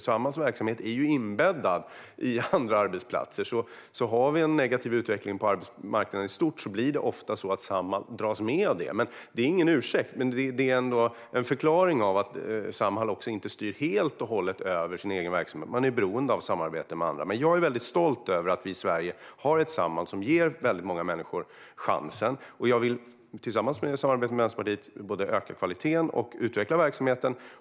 Samhalls verksamhet är nämligen inbäddad i andra arbetsplatser, så har vi en negativ utveckling på arbetsmarknaden i stort blir det ofta så att Samhall dras med av det. Det är ingen ursäkt, men det är en förklaring; Samhall styr inte helt och hållet över sin egen verksamhet, utan man är beroende av att samarbeta med andra. Jag är dock stolt över att vi i Sverige har Samhall, som ger många människor chansen. Jag vill, i samarbete med Vänsterpartiet, både öka kvaliteten och utveckla verksamheten.